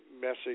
message